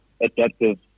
adaptive